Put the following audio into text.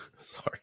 Sorry